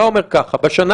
אתה אומר ככה, בשנה